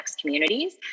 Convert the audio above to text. communities